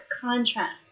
contrast